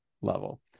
level